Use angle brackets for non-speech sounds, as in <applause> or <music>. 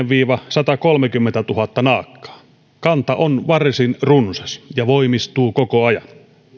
<unintelligible> viiva satakolmekymmentätuhatta naakkaa kanta on varsin runsas ja voimistuu koko ajan